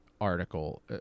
article